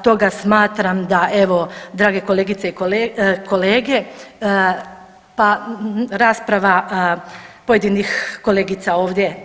Stoga smatram da evo drage kolegice i kolege pa rasprava pojedinih kolegica ovdje